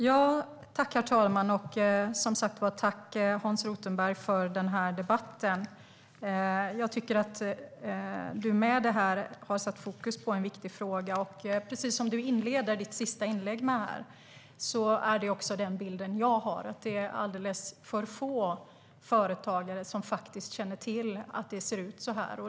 Herr talman! Tack, Hans Rothenberg, för den här debatten. Jag tycker att du med den här interpellationen har satt fokus på en viktig fråga. Som du inledde ditt sista inlägg med att säga är bilden, som också jag har, att det är alldeles för få företagare som känner till att det ser ut så här.